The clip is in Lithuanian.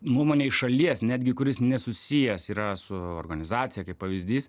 nuomoe iš šalies netgi kuris nesusijęs yra su organizacija kaip pavyzdys